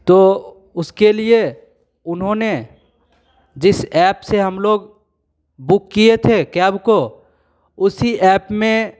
तो उसके लिए उन्होंने जिस एप से हम लोग बुक किए थे कैब को उसी एप में